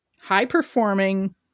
high-performing